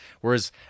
Whereas